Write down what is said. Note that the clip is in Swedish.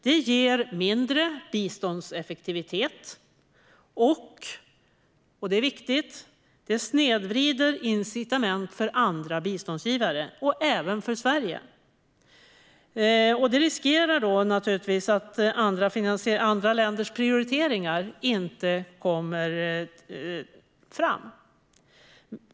Detta ger lägre biståndseffektivitet och, vilket är viktigt, snedvrider incitament för andra biståndsgivare och även för Sverige. Andra länders prioriteringar riskerar då att inte komma fram.